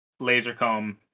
lasercomb